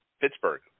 Pittsburgh